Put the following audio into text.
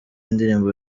indirimbo